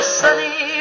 sunny